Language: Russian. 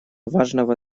важного